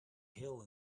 hill